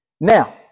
Now